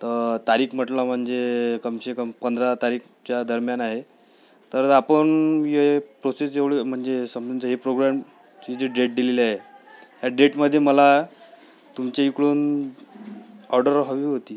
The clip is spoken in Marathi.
तर तारीख म्हटलं म्हणजे कम से कम पंधरा तारीखच्या दरम्यान आहे तर आपण ये प्रोसेस जेवढे म्हणजे समजा जर हे प्रोग्रामचे जे ही डेट दिलेली आहे या डेटमध्ये मला तुमच्या इकडून ऑर्डर हवी होती